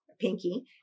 Pinky